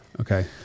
Okay